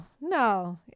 no